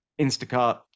Instacart